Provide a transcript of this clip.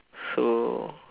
so